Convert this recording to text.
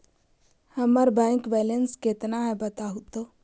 हमर bank balance केतना है बताहु तो?